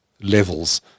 levels